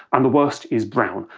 and the worst is brown.